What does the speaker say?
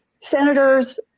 senators